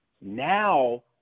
Now